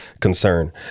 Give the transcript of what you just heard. concern